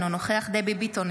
אינו נוכח דבי ביטון,